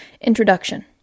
Introduction